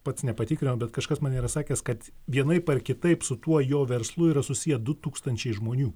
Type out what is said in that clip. pats nepatikrinau bet kažkas man yra sakęs kad vienaip ar kitaip su tuo jo verslu yra susiję du tūkstančiai žmonių